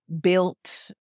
built